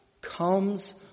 comes